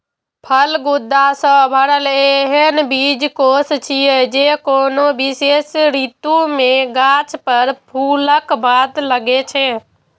फल गूदा सं भरल एहन बीजकोष छियै, जे कोनो विशेष ऋतु मे गाछ पर फूलक बाद लागै छै